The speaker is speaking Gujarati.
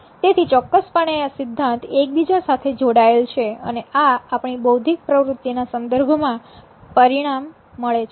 તેથી ચોક્કસપણે આ સિદ્ધાંત એકબીજા સાથે જોડાયેલ છે અને આ આપણી બૌદ્ધિક પ્રવૃત્તિ ના સંદર્ભમાં પરિણામ મળે છે